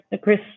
Chris